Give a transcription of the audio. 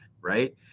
right